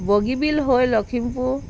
বগীবিল হৈ লখিমপুৰ